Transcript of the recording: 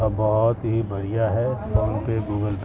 اب بہت ہی بڑھیا ہے فون پے گوگل